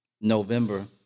November